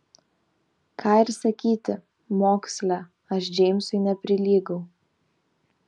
ką ir sakyti moksle aš džeimsui neprilygau